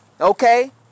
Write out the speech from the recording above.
Okay